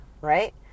right